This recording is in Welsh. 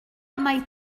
mai